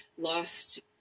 lost